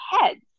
heads